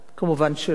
מובן שלא.